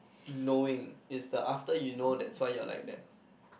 knowing is the after you know that's why you are like that